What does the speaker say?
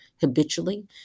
habitually